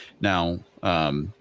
Now –